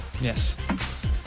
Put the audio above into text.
Yes